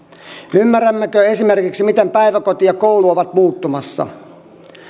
ymmärrämmekö esimerkiksi miten päiväkoti ja koulu ovat muuttumassa